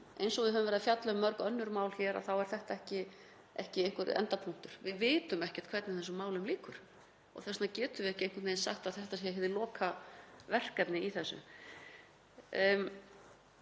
eins og við höfum verið að fjalla um mörg önnur mál hér þá er þetta ekki einhver endapunktur. Við vitum ekkert hvernig þessum málum lýkur og þess vegna getum við ekki einhvern veginn sagt að þetta sé lokaverkefnið í þessu.